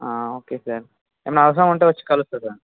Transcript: okay sir ఏమన్న అవసరం అంటే వచ్చి కలుస్తాను సార్